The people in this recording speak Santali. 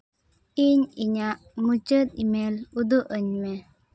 ᱤᱧ ᱤᱧᱟᱹᱜ ᱢᱩᱪᱟᱹᱫ ᱤᱢᱮᱞ ᱩᱫᱩᱜᱼᱟᱹᱧ ᱢᱮ